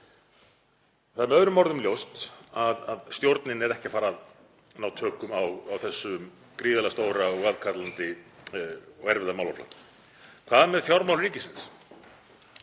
Það er með öðrum orðum ljóst að stjórnin er ekki að fara að ná tökum á þessum gríðarlega stóra og aðkallandi og erfiða málaflokki. Hvað með fjármál ríkisins,